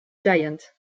giants